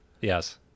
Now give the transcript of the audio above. Yes